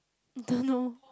I don't know